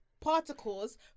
particles